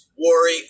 worry